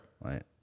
right